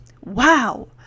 Wow